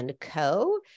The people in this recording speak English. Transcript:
Co